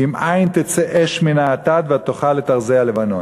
ואם אין, תצא אש מן האטד ותאכל את ארזי הלבנון.